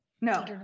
No